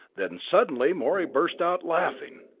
then suddenly morey burst out laughing.